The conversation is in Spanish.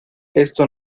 esto